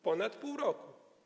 Ponad pół roku.